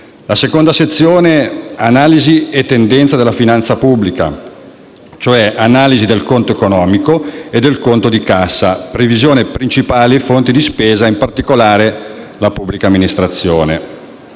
La seconda sezione è intitolata: «Analisi e tendenze della finanza pubblica», cioè l'analisi del conto economico e del conto di cassa e le previsioni principali delle fonti di spesa, in particolare la pubblica amministrazione.